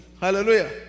Hallelujah